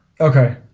okay